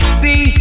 see